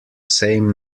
same